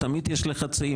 תמיד יש לחצים,